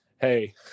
hey